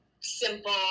simple